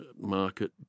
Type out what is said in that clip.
market